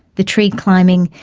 the tree climbing,